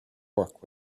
work